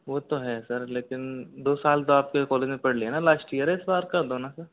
वो तो है सर लेकिन दो साल तो आपके कॉलेज में पढ़ लिए न लास्ट इयर है इस बार कर दो न सर